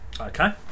okay